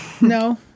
No